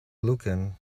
looking